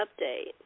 update